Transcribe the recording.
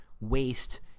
waste